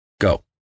Go